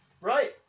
Right